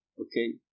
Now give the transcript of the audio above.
okay